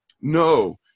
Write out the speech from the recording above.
No